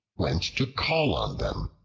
went to call on them.